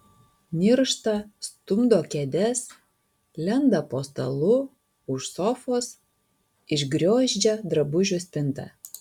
niršta stumdo kėdes lenda po stalu už sofos išgriozdžia drabužių spintą